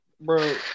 bro